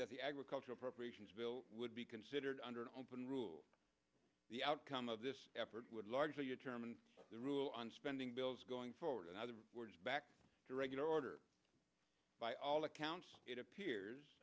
that the agricultural procreation bill would be considered under an open rule the outcome of this effort would largely your term and the rule on spending bills going forward in other words back to regular order by all accounts it appears